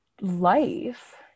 life